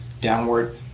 downward